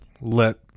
let